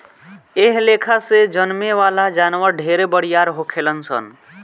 एह लेखा से जन्में वाला जानवर ढेरे बरियार होखेलन सन